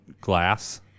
glass